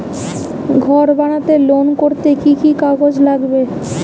ঘর বানাতে লোন করতে কি কি কাগজ লাগবে?